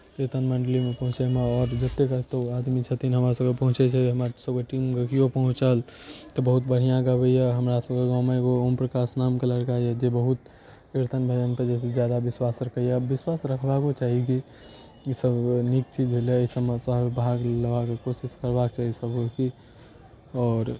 किर्तन मण्डलीमे पहुँचैमे आओर जेते कतौ आदमी छथिन हमरा सबके पहुँचै छै हमरा सब गोटेके टीमके केओ पहुँचल तऽ बहुत बढ़िऑं गबैया हमरा सबके गाँवमे एगो ओम प्रकाश नामके लड़का यऽ जे बहुत किर्तन भजन पर बहुत जादा बिश्वास रखैया आओर बिश्वास राखबाको चाही कि ई सब निक चीज भेलै एहि सब मऽ भाग लेबाक कोशिश करबाक चाही सब केयो कऽ और